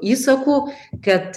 įsakų kad